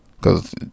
Cause